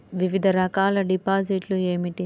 వివిధ రకాల డిపాజిట్లు ఏమిటీ?